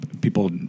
people